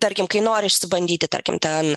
tarkim kai nori išsibandyti tarkim ten